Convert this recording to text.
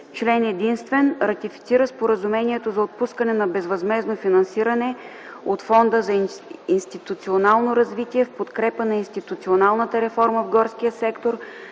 Член единствен. Ратифицира Споразумението за отпускане на безвъзмездно финансиране от Фонда за институционално развитие в подкрепа на институционалната реформа в горския сектор